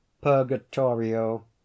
Purgatorio